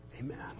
Amen